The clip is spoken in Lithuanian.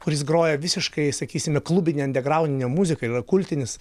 kuris groja visiškai sakysime klubinę andegrauninę muziką yra kultinis